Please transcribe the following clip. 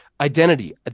identity